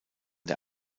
der